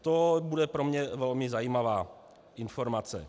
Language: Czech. To bude pro mne velmi zajímavá informace.